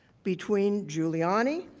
between giuliani,